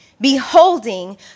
beholding